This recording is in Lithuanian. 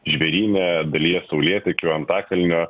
žvėryne dalyje saulėtekio antakalnio